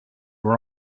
were